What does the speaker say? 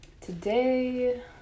today